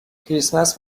کریسمس